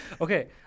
Okay